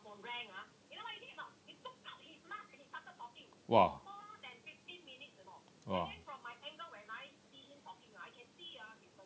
!wah! !wah!